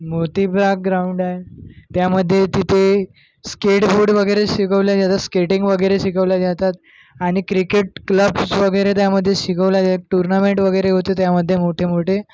Motibagh ground आहे त्यामध्ये तिथे स्केड फूड वगैरे शिकवले जातात स्केटिंग वगैरे शिकवले जातात आणि क्रिकेट क्लब्स वगैरे त्यामध्ये शिकवले टुर्नामेंट वगैरे होते त्यामध्ये मोठे मोठे